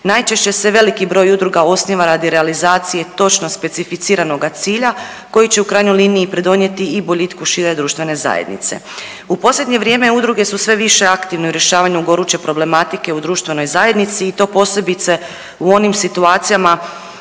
Najčešće se veliki broj udruga osniva radi realizacije točno specificiranoga cilja koji će u krajnjoj liniji pridonijeti i boljitku šire društvene zajednice. U posljednje vrijeme udruge su sve više aktivne u rješavanju goruće problematike u društvenoj zajednici i to posebice u onim situacijama